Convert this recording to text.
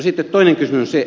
sitten toinen kysymys